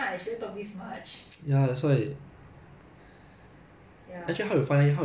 oh I found this on facebook like actually not I find lah it's my friend find I've been seeing a lot of these like